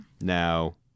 Now